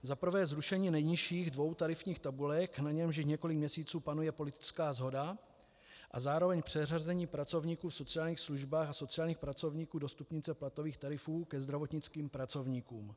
Za prvé zrušení nejnižších dvou tarifních tabulek, na němž již několik měsíců panuje politická shoda, a zároveň přeřazení pracovníků v sociálních službách a sociálních pracovníků do stupnice platových tarifů ke zdravotnickým pracovníkům.